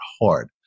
hard